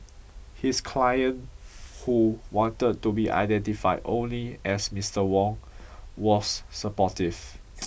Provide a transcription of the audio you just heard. his client who wanted to be identified only as Mister Wong was supportive